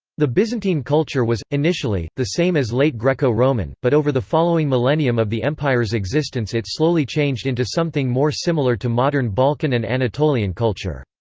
the byzantine culture was, initially, the same as late greco-roman, but over the following millennium of the empire's existence it slowly changed into something more similar to modern balkan and anatolian culture.